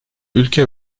ülke